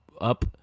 up